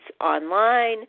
online